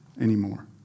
anymore